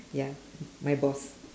ya my boss